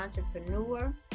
entrepreneur